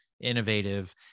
innovative